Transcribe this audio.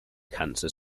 cancer